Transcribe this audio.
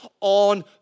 on